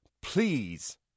please